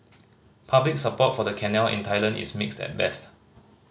public support for the canal in Thailand is mixed at best